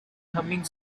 humming